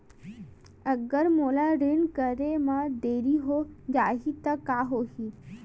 अगर मोला ऋण करे म देरी हो जाहि त का होही?